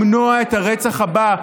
למנוע את הרצח הבא.